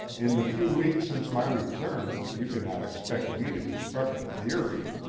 in the few weeks since my return you could not expect me to construct a theory.